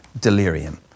delirium